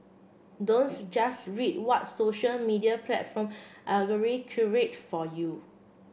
don't just read what social media platform curate for you